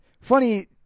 funny